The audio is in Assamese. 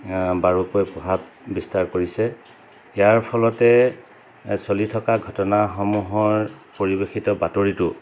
বাৰুকৈ প্ৰভাৱ বিস্তাৰ কৰিছে ইয়াৰ ফলতে চলি থকা ঘটনাসমূহৰ পৰিৱেশিত বাতৰিটো